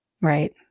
right